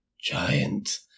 giant